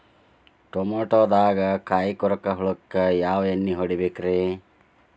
ಟಮಾಟೊದಾಗ ಕಾಯಿಕೊರಕ ಹುಳಕ್ಕ ಯಾವ ಎಣ್ಣಿ ಹೊಡಿಬೇಕ್ರೇ?